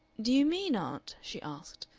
do you mean, aunt, she asked,